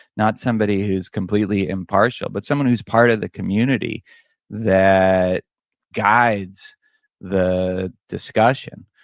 not somebody who's completely impartial, but someone who's part of the community that guides the discussion.